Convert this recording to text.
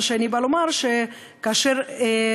מה שאני באה לומר הוא שכאשר מסתכלים